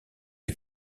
les